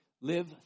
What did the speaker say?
live